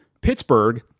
Pittsburgh